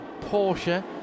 Porsche